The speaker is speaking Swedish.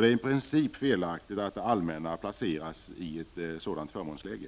Det är i princip felaktigt att det allmänna placeras i ett sådant förmånsläge.